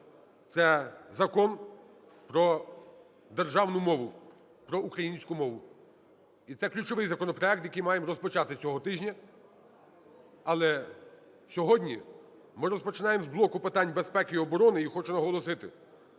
це Закон про державну мову, про українську мову. І це ключовий законопроект, який маємо розпочати цього тижня, але сьогодні ми розпочинаємо з блоку питань безпеки і оборони. І хочу наголосити,